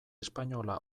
espainola